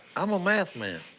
i'm a math man.